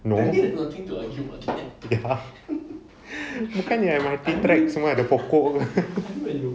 no ya bukannya M_R_T tracks semua ada pokok